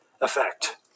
effect